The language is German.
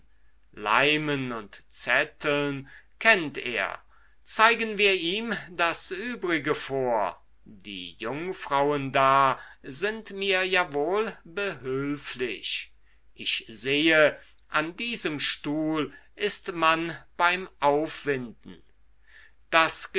leimen und zetteln kennt er zeigen wir ihm das übrige vor die jungfrauen da sind mir ja wohl behülflich ich sehe an diesem stuhl ist man beim aufwinden das